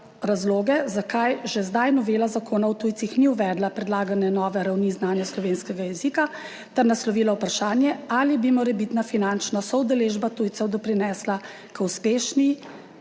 razloge, zakaj že zdaj novela Zakona o tujcih ni uvedla predlagane nove ravni znanja slovenskega jezika ter naslovila vprašanje, ali bi morebitna finančna soudeležba tujcev doprinesla k uspešnosti